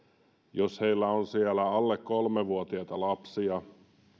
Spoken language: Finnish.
jos heillä on siellä alle kolmevuotiaita lapsia